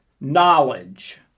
knowledge